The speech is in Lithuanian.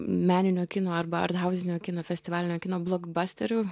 meninio kino arba ardhauzinio kino festivalinio kino blogbasterių